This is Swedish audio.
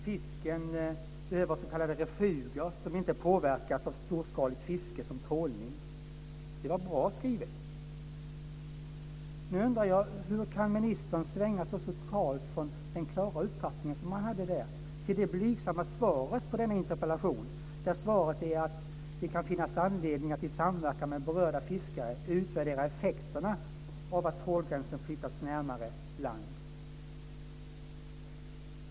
Fisken behöver s.k. refuger som inte påverkas av storskaligt fiske som trålning, skev hon. Det var bra skrivet! Nu undrar jag hur ministern kan svänga så totalt från den klara uppfattningen som hon hade där till det blygsamma svaret på interpellationen. Det svaret är att det kan finnas anledning att i samverkan med berörda fiskare utvärdera effekterna av att trålgränsen flyttas närmare land.